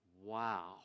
wow